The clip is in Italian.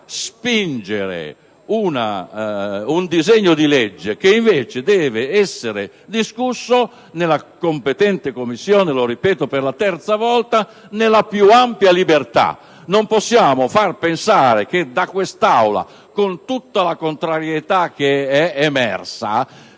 comunque per spingere un disegno di legge che, invece, deve essere discusso nella Commissione competente - lo ripeto per la terza volta - nella più ampia libertà. Non possiamo far pensare che da quest'Aula, con tutta la contrarietà che è emersa,